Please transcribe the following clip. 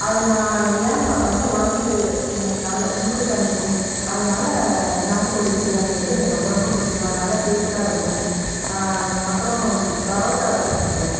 அதை நான் ஏன் சாப்பிட்றேங்கன்னா உடம்புக்கு நல்ல சூட்ட தணிக்கும் அதனால் நாட்டுக் கோழி பிரியாணி வந்து எனக்கு ரொம்ப ரொம்ப பிடிக்கும் அது நல்ல டேஸ்ட்டாக இருக்கும் அப்புறம் பரோட்டா ரொம்ப பிடிக்கும்